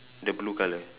the blue colour